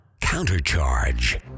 Countercharge